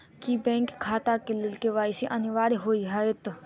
की bank खाता केँ लेल के.वाई.सी अनिवार्य होइ हएत?